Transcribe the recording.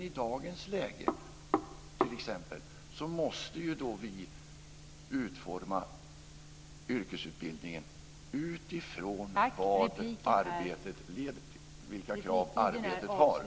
I dagens läge måste vi utforma yrkesutbildningen utifrån vad arbetet leder till, vilka krav arbetet ställer.